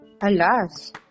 Alas